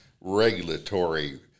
regulatory